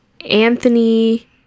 Anthony